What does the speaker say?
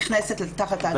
נכנסת תחת ההגדרה.